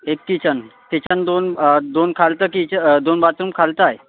एक kitchen kitchen दोन दोन खालचं कीचं दोन बातरूम खालचं आहे